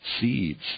seeds